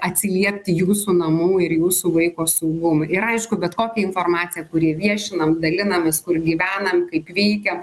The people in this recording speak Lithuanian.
atsiliepti jūsų namų ir jūsų vaiko saugumui ir aišku bet kokią informaciją kurį viešinam dalinamės kur gyvenam kaip veikia